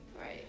Right